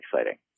exciting